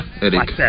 Eric